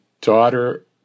daughter